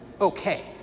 okay